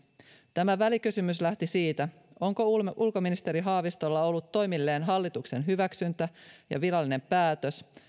tämä välikysymys lähti siitä onko ulkoministeri haavistolla ollut toimilleen hallituksen hyväksyntä ja virallinen päätös